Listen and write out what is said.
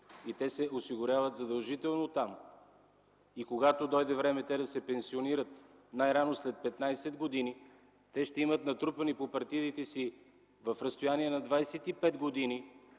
се осигуряват там. Когато дойде време те да се пенсионират – най-рано след 15 години, ще имат натрупани по партидите си в разстояние на 25 години